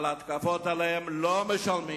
על התקפות עליהם לא משלמים,